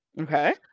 okay